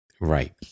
Right